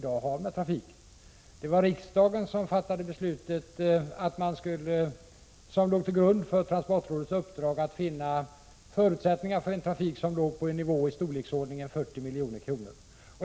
Det var riksdagen som fattade beslutetsom 7 om låg till grund för transportrådets uppdrag att finna förutsättningar för trafiken på en kostnadsnivå av 40 milj.kr.